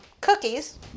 cookies